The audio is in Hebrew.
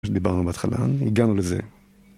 דיברנו בהתחלה, הגענו לזה.